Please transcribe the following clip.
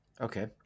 okay